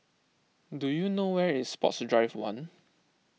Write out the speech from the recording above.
do you know where is Sports Drive one